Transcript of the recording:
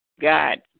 God